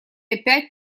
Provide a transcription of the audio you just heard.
опять